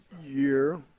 year